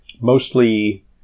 mostly